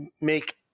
make